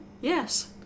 Yes